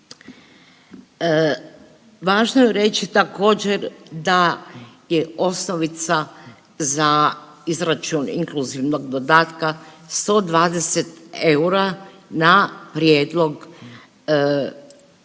Važno je reći također da je osnovica za izračun inkluzivnog dodatka 120 eura na prijedlog